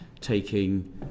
taking